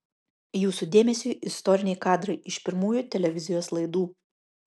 jūsų dėmesiui istoriniai kadrai iš pirmųjų televizijos laidų